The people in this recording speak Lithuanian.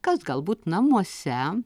kas galbūt namuose